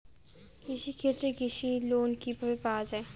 কৃষি ক্ষেত্রে কৃষি লোন কিভাবে পাওয়া য়ায়?